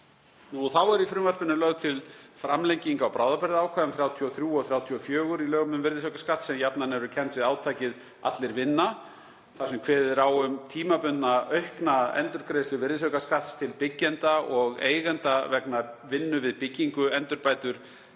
Þá er í frumvarpinu lögð til framlenging á bráðabirgðaákvæðum 33 og 34 í lögum um virðisaukaskatt, sem jafnan eru kennd við átakið Allir vinna, þar sem kveðið er á um tímabundna aukna endurgreiðslu virðisaukaskatts til byggjenda og eigenda vegna vinnu við byggingu, endurbætur